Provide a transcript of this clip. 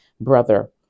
brother